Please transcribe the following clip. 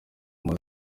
muri